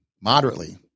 moderately